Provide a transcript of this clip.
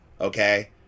okay